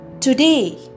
today